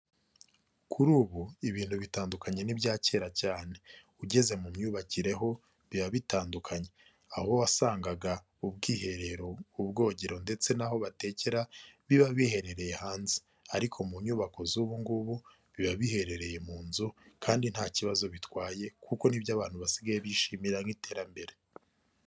Kuri ubu ibintu bitandukanye n'ibya kera cyane ugeze mu myubakireho biba bitandukanye aho wasangaga ubwiherero, ubwogero ndetse n'aho batekera biba biherereye hanze ariko mu nyubako z'ubungubu biba biherereye mu nzu kandi nta kibazo bitwaye kuko nibyo abantu basigaye bishimira nk'iterambere.